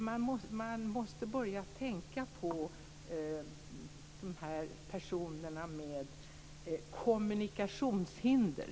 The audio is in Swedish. Man måste alltså börja tänka på de här personerna med kommunikationshinder.